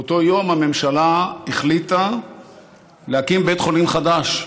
באותו יום הממשלה החליטה להקים בית חולים חדש בנגב.